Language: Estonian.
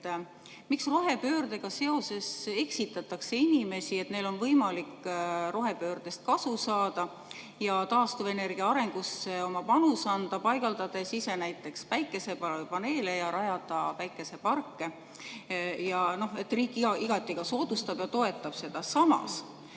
Miks rohepöördega seoses eksitatakse inimesi, et neil on võimalik rohepöördest kasu saada ja taastuvenergia arengusse oma panus anda, paigaldades ise näiteks päikesepaneele, rajades päikeseparke ja et riik igati soodustab ja toetab seda? Samas